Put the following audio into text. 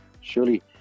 surely